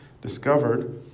discovered